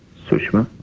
sushma!